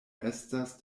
estas